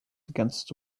against